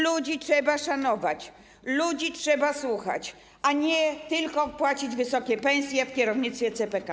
Ludzi trzeba szanować, ludzi trzeba słuchać, a nie tylko płacić wysokie pensje w kierownictwie CPK.